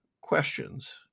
questions